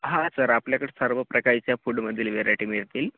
हा सर आपल्याकडं सर्व प्रकारच्या फूडमधील व्हेरायटी मिळतील